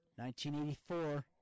1984